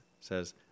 says